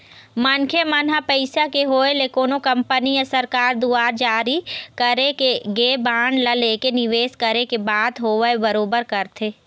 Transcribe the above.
मनखे मन ह पइसा के होय ले कोनो कंपनी या सरकार दुवार जारी करे गे बांड ला लेके निवेस करे के बात होवय बरोबर करथे